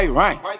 right